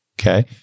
Okay